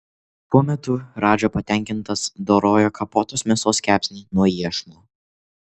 tuo metu radža patenkintas dorojo kapotos mėsos kepsnį nuo iešmo